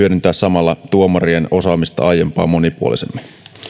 hyödyntää samalla tuomarien osaamista aiempaa monipuolisemmin avaan